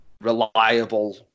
reliable